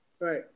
Right